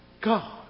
God